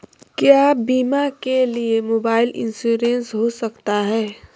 क्या बीमा के लिए मोबाइल इंश्योरेंस हो सकता है?